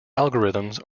algorithms